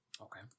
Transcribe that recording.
Okay